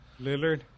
Lillard